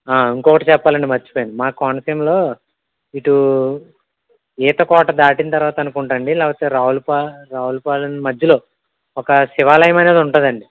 ఇంకోటి చెప్పాలండి మర్చిపోయాను మా కోనసీమలో ఇటు ఈతకోట దాటిన తర్వాత అనుకుంటా అండి లేకపోతే రావులపాలెం రావులపాలెం మధ్యలో ఒక శివాలయం అనేది ఉంటుందండి